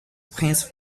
prince